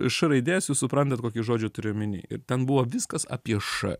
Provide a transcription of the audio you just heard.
š raidės jūs suprantat kokį žodžių turiu omeny ir ten buvo viskas apie š